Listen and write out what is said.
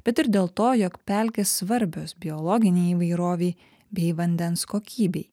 bet ir dėl to jog pelkės svarbios biologinei įvairovei bei vandens kokybei